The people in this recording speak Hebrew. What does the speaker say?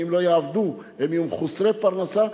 ואם לא יעבדו הם יהיו מחוסרי פרנסה.